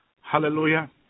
Hallelujah